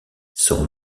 son